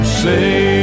say